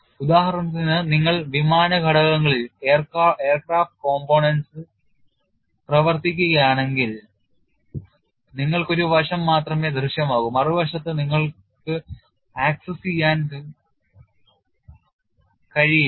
ഉദാഹരണത്തിന് നിങ്ങൾ വിമാന ഘടകങ്ങളിൽ പ്രവർത്തിക്കുകയാണെങ്കിൽ നിങ്ങൾക്ക് ഒരു വശം മാത്രമേ ദൃശ്യമാകൂ മറുവശത്ത് നിങ്ങൾക്ക് ആക്സസ് ചെയ്യാൻ കഴിയില്ല